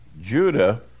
Judah